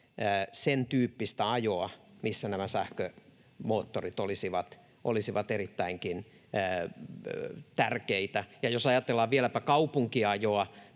sentyyppistä ajoa, missä nämä sähkömoottorit olisivat erittäinkin tärkeitä. Ja jos ajatellaan vieläpä kaupunkiajoa,